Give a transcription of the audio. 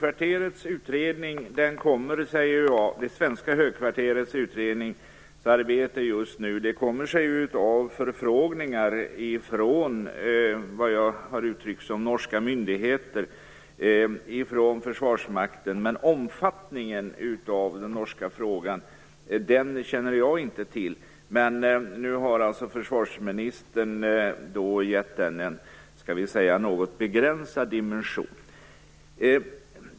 Fru talman! Det svenska högkvarterets utredningsarbete just nu kommer sig av förfrågningar från det som jag har uttryckt som norska myndigheter, ifrån Försvarsmakten. Omfattningen av den norska frågan känner jag inte till. Nu har försvarsministern gett en något så att säga begränsad dimension.